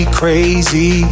crazy